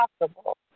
possible